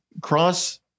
cross